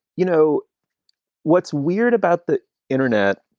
you know what's weird about the internet?